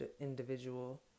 individual